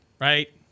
right